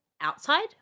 outside